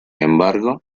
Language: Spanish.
embargo